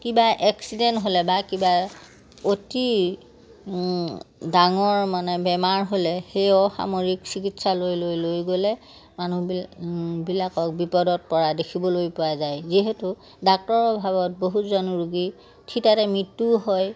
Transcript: কিবা এক্সিডেণ্ট হ'লে বা কিবা অতি ডাঙৰ মানে বেমাৰ হ'লে সেই অসামৰিক চিকিৎসালয়লৈ লৈ গ'লে মানুহবিলাকক বিপদত পৰা দেখিবলৈ পোৱা যায় যিহেতু ডাক্তৰৰ অভাৱত বহুজন ৰোগী থিতাতে মৃত্যু হয়